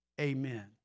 Amen